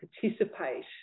participate